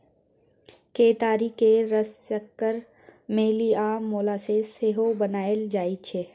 केतारी केर रस सँ सक्कर, मेली आ मोलासेस सेहो बनाएल जाइ छै